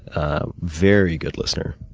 very good listener.